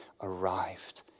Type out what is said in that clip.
arrived